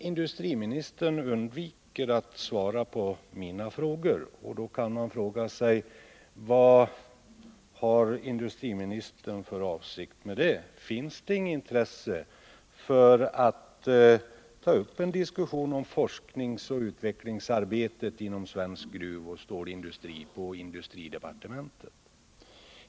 Industriministern undviker att svara på mina frågor, och då undrar man vad industriministern har för avsikt med det. Finns det inget intresse på industridepartementet för att ta upp en diskussion om forskningsoch utvecklingsarbetet inom svensk gruvoch stålindustri?